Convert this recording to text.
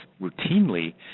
routinely